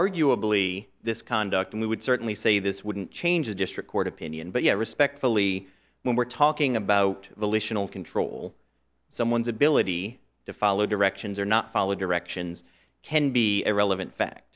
arguably this conduct and we would certainly say this wouldn't change a district court opinion but yet respectfully when we're talking about the control someone's ability to follow directions or not follow directions can be a relevant fa